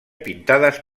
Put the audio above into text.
pintades